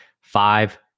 five